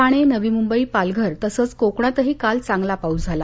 ठाणे नवी मुंबई पालघर तसंच कोकणातही काल चांगला पाऊस झाला